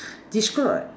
describe I